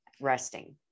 resting